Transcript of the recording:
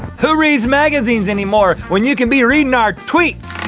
who reads magazines anymore, when you can be readin' our tweets?